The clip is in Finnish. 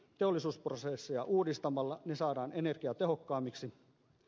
teollisuusprosesseja uudistamalla ne saadaan energiatehokkaammiksi